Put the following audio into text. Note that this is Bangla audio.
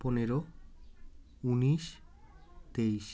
পনেরো উনিশ তেইশ